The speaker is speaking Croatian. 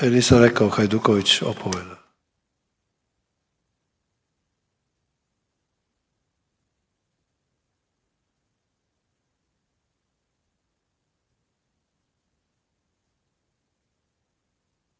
E nisam rekao Hajduković opomena.